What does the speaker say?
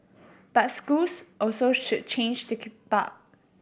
but schools also should change to keep up